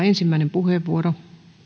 ensimmäinen puheenvuoro